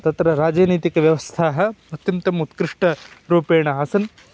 तत्र राजनैतिकव्यवस्था अत्यन्तम् उत्कृष्टरूपेण आसन्